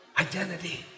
Identity